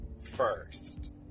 first